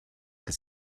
que